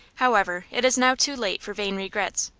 however, it is now too late for vain regrets.